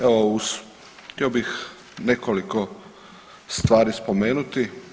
Evo uz, htio bih nekoliko stvari spomenuti.